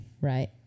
right